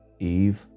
Eve